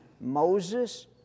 Moses